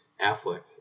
Affleck